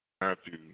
Matthew